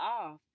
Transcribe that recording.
off